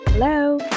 Hello